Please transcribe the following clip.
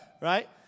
Right